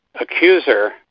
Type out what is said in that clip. accuser